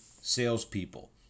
salespeople